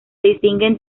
distinguen